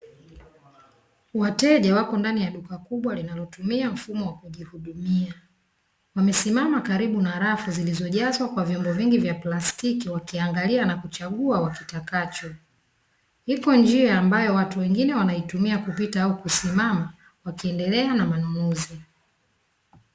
Wateja wako ndani ya duka kubwa linalotumia mfumo wa kujihudumia, wamesimama karibu na rafu zilizojazwa kwa vyombo vingi vya plastiki, wakiangalia na kuchagua watakacho. Iko njia ambayo watu wengine wanaitumia kupita au kusimama, wakiendelea na manunuzi.